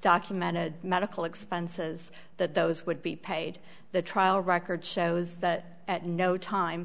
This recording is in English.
documented medical expenses that those would be paid the trial record shows that at no time